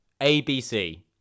ABC